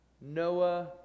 Noah